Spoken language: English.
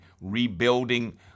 rebuilding